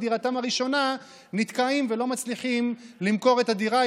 דירתם הראשונה נתקעים ולא מצליחים למכור את הדירה.